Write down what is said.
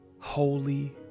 holy